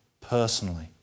personally